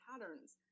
patterns